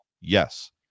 Yes